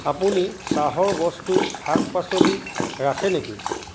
আপুনি চাহৰ বস্তু শাক পাচলি ৰাখে নেকি